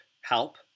help